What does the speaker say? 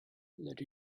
let